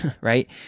right